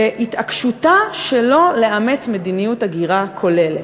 בהתעקשותה שלא לאמץ מדיניות הגירה כוללת,